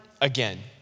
Again